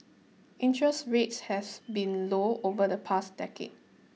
interest rates has been low over the past decade